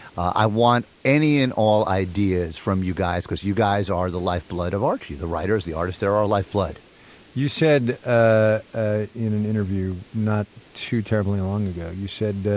i want any and all ideas from you guys because you guys are the lifeblood of archie the writers, the artists, they're our lifeblood you said ah ah in an interview not too terribly long ago, you said,